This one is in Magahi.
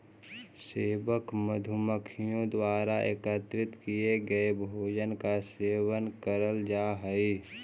सेवक मधुमक्खियों द्वारा एकत्रित किए गए भोजन का सेवन करल जा हई